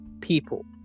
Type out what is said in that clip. people